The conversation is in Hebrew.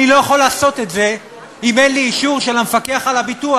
אני לא יכול לעשות את זה אם אין לי אישור של המפקח על הביטוח.